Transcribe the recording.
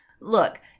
Look